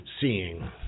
seeing